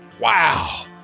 Wow